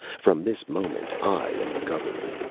from this moment i am the government!